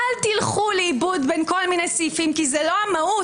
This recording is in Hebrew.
אל תלכו לאיבוד בין כל מיני סעיפים כי זה לא המהות.